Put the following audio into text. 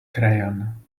crayon